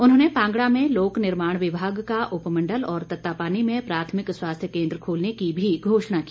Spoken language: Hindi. उन्होंने पांगणा में लोक निर्माण विभाग का उपमंडल और तत्तापानी में प्राथमिक स्वास्थ्य केन्द्र खोलने की भी घोषणा की